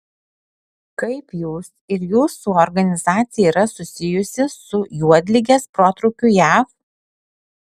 kaip jūs ir jūsų organizacija yra susijusi su juodligės protrūkiu jav